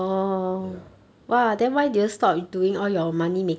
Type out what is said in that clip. ya